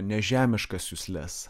nežemiškas jusles